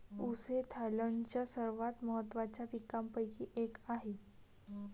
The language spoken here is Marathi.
ऊस हे थायलंडच्या सर्वात महत्त्वाच्या पिकांपैकी एक आहे